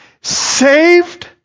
Saved